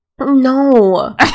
No